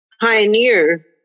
Pioneer